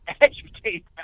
educate